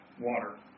water